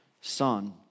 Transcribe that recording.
son